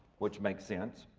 which makes sense.